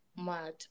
mad